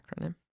acronym